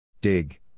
Dig